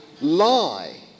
lie